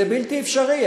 זה בלתי אפשרי,